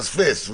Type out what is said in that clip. נפספס,